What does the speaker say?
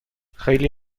خیلی